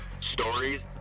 stories